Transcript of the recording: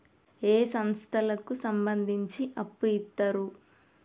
ఏ సంస్థలకు సంబంధించి అప్పు ఇత్తరు?